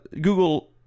Google